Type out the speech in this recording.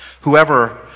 Whoever